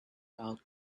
out